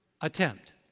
attempt